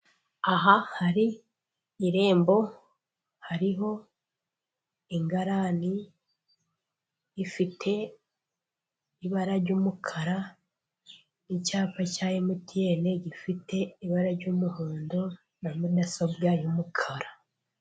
Aha hari irembo hariho ingarani ifite ibara ry'umukara n'icyapa cya emutiyene gifite ibara ry'umuhondo na mudasobwa y'umukara.